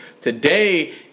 Today